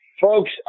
Folks